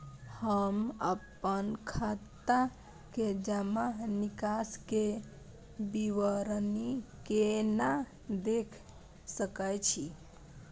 हम अपन खाता के जमा निकास के विवरणी केना देख सकै छी?